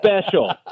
special